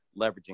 leveraging